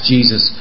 Jesus